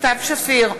סתיו שפיר,